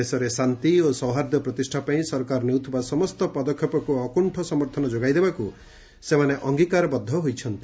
ଦେଶରେ ଶାନ୍ତି ଓ ସୌହାର୍ଦ୍ଧ୍ୟ ପ୍ରତିଷ୍ଠାପାଇଁ ସରକାର ନେଉଥିବା ସମସ୍ତ ପଦକ୍ଷେପକ୍ ଅକ୍ରିଣ୍ଣ ସମର୍ଥନ ଯୋଗାଇଦେବାକୁ ସେମାନେ ଅଙ୍ଗୀକାରବଦ୍ଧ ହୋଇଛନ୍ତି